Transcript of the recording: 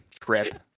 trip